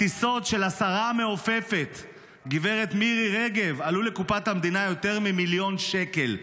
הטיסות של השרה המעופפת גב' מירי רגב עלו לקופת המדינה יותר ממילון שקל.